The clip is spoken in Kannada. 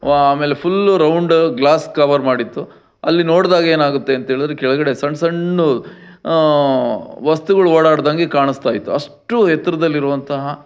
ಆಮೇಲೆ ಫುಲ್ಲು ರೌಂಡ್ ಗ್ಲಾಸ್ ಕವರ್ ಮಾಡಿತ್ತು ಅಲ್ಲಿ ನೋಡ್ದಾಗ ಏನಾಗುತ್ತೆ ಅಂತೇಳಿದ್ರೆ ಕೆಳಗಡೆ ಸಣ್ಣ ಸಣ್ಣ ವಸ್ತುಗಳು ಓಡಾಡಿದಂಗೆ ಕಾಣಿಸ್ತಾ ಇತ್ತು ಅಷ್ಟು ಎತ್ತರದಲ್ಲಿರುವಂತಹ